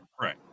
Right